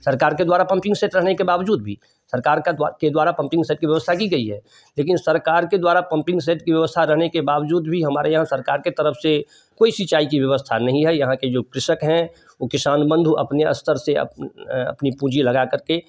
सरकार के द्वारा पम्पिंग सेट रहने के बावजूद भी सरकार का द्वार के द्वारा पम्पिंग की व्यवस्था की गई है लेकिन सरकार के द्वारा पम्पिंग सेट की व्यवस्था रहने के बावजूद भी हमारे यहाँ सरकार के तरफ से कोई सिंचाई की व्यवस्था नहीं है यहाँ के जो कृषक हैं ओ किसान बंधु अपने स्तर से अपनी पूँजी लगा कर के